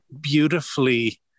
beautifully